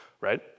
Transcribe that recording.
Right